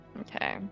Okay